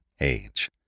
age